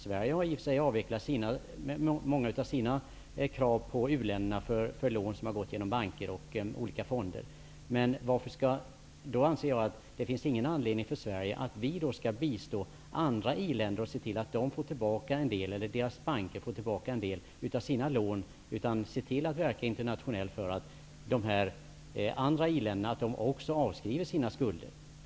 Sverige har i och för sig avvecklat många av sina krav på uländerna för lån som har gått genom banker och olika fonder, och jag anser att det då inte finns någon anledning för oss att bistå andra i-länder genom att se till att deras banker får tillbaka en del av sina lån. Vi bör i stället se till att verka internationellt för att också de andra i-länderna avskriver sina skulder.